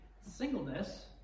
singleness